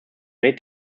made